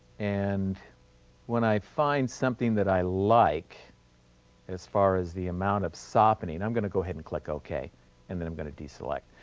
and when i find something that i like as far as the amount of softening, i'm going to go ahead and click okay and then i'm going to deselect.